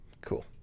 Cool